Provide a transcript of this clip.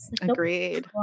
agreed